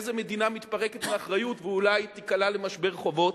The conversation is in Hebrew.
איזו מדינה מתפרקת מאחריות ואולי תיקלע למשבר חובות.